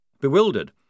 Bewildered